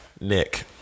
Nick